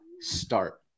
start